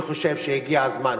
אני חושב שהגיע הזמן,